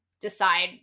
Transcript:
decide